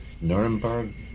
Nuremberg